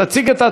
קריאה ראשונה.